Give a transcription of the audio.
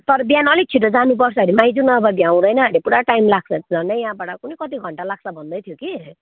तर बिहान अलिक छिटो जानुपर्छ अरे माइजू नभए भ्याउँदैन अरे पुरा टाइम लाग्छ झन्डै यहाँबाट कोनि कति घन्टा लाग्छ भन्दै थियो कि